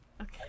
Okay